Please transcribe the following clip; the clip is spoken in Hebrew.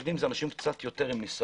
מפקדים הם אנשים עם קצת יותר ניסיון,